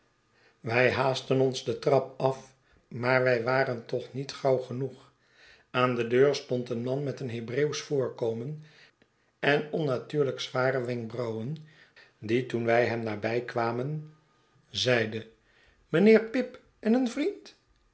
wij haastten ons de trap af maar wij waren toch nog niet gauw genoeg aan de deur stond een man met een hebreeuwsch voorkomen en onnatuurlijk zware wenkbrauwen die toen wij hem nabij kwamen zeide mijnheer pip en een vriend